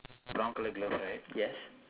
yes